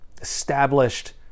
established